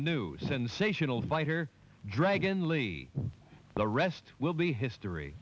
new sensational fighter dragon league the rest will be history